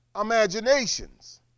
imaginations